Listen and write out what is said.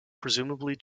presumably